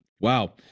Wow